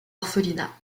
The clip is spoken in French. orphelinat